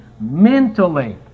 mentally